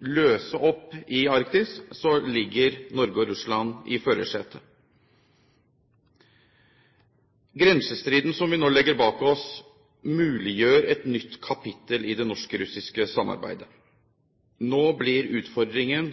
løse opp i Arktis, sitter Norge og Russland i førersetet. Grensestriden som vi nå legger bak oss, muliggjør et nytt kapittel i det norsk-russiske samarbeidet. Nå blir utfordringen